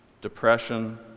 depression